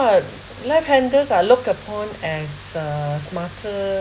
!wah! left handed ah look at point as uh smarter